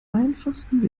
einfachsten